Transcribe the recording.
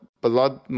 blood